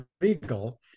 legal